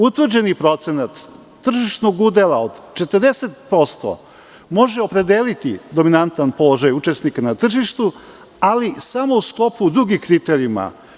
Utvrđeni procenat tržišnog udela od 40% može opredeliti dominantan položaj učesnika na tržištu, ali samo u sklopu drugih kriterijuma.